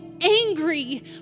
angry